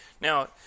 Now